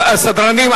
הסדרנים.